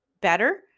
better